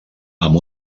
amb